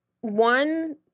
One